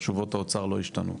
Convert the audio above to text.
תשובות האוצר לא השתנו.